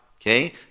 okay